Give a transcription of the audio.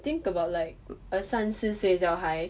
think about like a 三四岁小孩